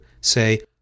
say